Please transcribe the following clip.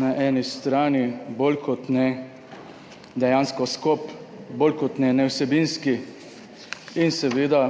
na eni strani bolj kot ne dejansko skop, bolj kot ne nevsebinski in seveda